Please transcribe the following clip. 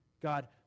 God